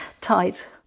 tight